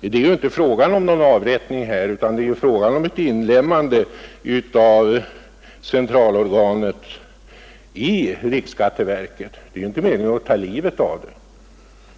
Det är inte fråga om någon avrättning utan om ett inlemmande av centralorganet i riksskatteverket. Det är inte meningen att ta livet av nämnden,